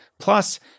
plus